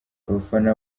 abafana